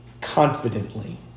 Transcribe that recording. confidently